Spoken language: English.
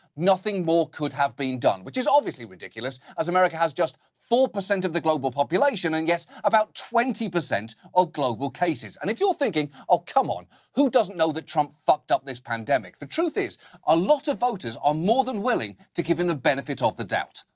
nothing more could have been done which is obviously ridiculous as america has just four percent of the global population and yet about twenty percent of global cases. and if you're thinking, oh, come on. who doesn't know that trump fucked up this pandemic? the truth is a lot of voters are more than willing to give him the benefit of the doubt.